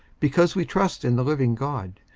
because we trust in the living god,